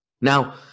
Now